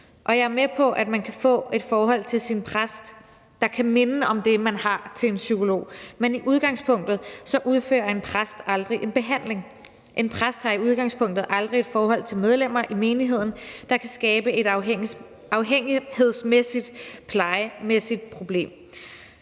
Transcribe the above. jeg er med på, at man kan få et forhold til sin præst, der kan minde om det, man har til en psykolog, men i udgangspunktet udfører en præst aldrig en behandling. En præst har i udgangspunktet aldrig et forhold til medlemmer af menigheden, der kan skabe et afhængighedsmæssigt plejemæssigt problem.